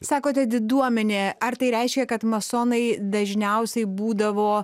sakote diduomenė ar tai reiškia kad masonai dažniausiai būdavo